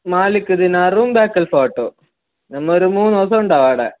മാലിക്ക് ദിനാറും ബേക്കൽ ഫോർട്ടും നമ്മൾ ഒരു മൂന്നുദിവസം ഉണ്ടാവും ആട